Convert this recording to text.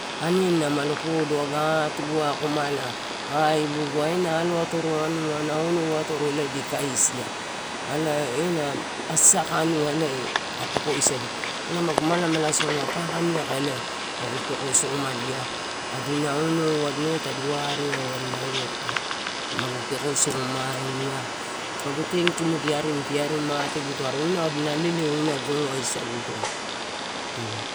Aniani mano podo akomala aibiguai, ena aio atoro anua, na atoro di kaisia. Ana ena asaka anua kae peko sagu elae magu malamala soma, paka niaka elae magu peko somadia, adina onou, adina onou tadi wareau naio magu pekosomai, magu tenkimudia arimi di ari mate gito. Are inau adina ari leleu inau gomo ai saguto.